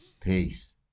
Peace